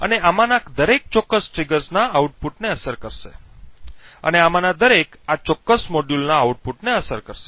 અને આમાંના દરેક ચોક્કસ ટ્રિગર્સના આઉટપુટને અસર કરશે અને આમાંના દરેક આ ચોક્કસ મોડ્યુલના આઉટપુટને અસર કરશે